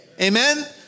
Amen